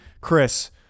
Chris